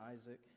Isaac